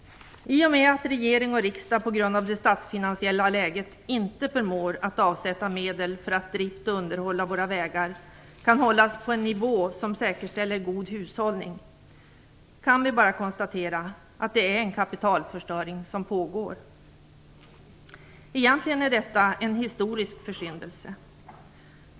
I och med att regering och riksdag på grund av det statsfinansiella läget inte förmår att avsätta medel för att drift och underhåll av våra vägar skall kunna hållas på en nivå som säkerställer god hushållning, kan vi bara konstatera att det är en kapitalföstöring som pågår. Egentligen är detta en historisk försyndelse.